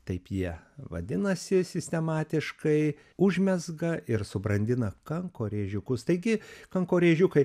taip jie vadinasi sistematiškai užmezga ir subrandina kankorėžiukus taigi kankorėžiukai